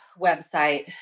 website